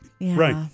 right